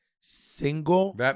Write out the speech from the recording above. single